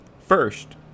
first